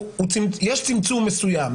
יש צמצום מסוים.